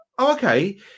okay